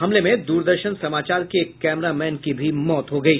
हमले में दूरदर्शन समाचार के एक कैमरा मैन की भी मौत हो गयी